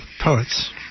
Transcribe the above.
poets